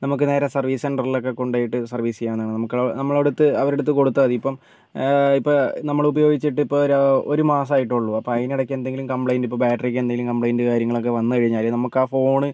നമുക്ക് നേരെ സർവീസ് സെൻ്ററിലൊക്കെ കൊണ്ടുപോയിട്ട് റീ സർവീസ് ചെയ്യാനാണ് നമുക്ക് നമ്മുടെ അടുത്ത് നമ്മളെ അടുത്ത് കൊടുത്താൽ മതി ഇപ്പം ഇപ്പം നമ്മൾ ഉപയോഗിച്ചിട്ട് ഇപ്പം ഒരു മാസമായിട്ടേയുള്ളൂ അപ്പോൾ അതിനിടയ്ക്ക് എന്തെങ്കിലും കംപ്ലയിന്റ് ഇപ്പോൾ ബാറ്ററിക്കെന്തെങ്കിലും കമ്പ്ലൈന്റ് കാര്യങ്ങളൊക്കെ വന്നു കഴിഞ്ഞാൽ നമുക്കാ ഫോൺ